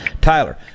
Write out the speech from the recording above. tyler